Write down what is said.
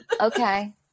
okay